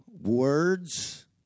words